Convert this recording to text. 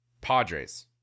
Padres